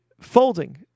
Folding